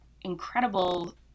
incredible